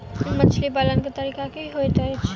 मछली पालन केँ तरीका की होइत अछि?